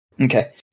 Okay